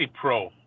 pro